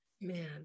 man